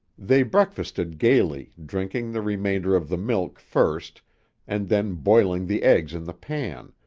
they breakfasted gaily, drinking the remainder of the milk first and then boiling the eggs in the pan,